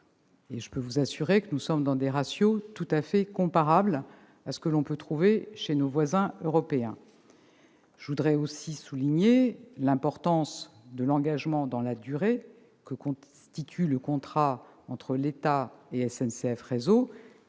à 10 milliards d'euros, soit un ratio tout à fait comparable à ceux que l'on peut observer chez nos voisins européens. Je voudrais aussi souligner l'importance de l'engagement dans la durée que constitue le contrat entre l'État et SNCF Réseau.